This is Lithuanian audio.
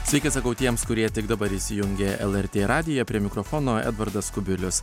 sveiki sakau tiems kurie tik dabar įsijungė lrt radiją prie mikrofono edvardas kubilius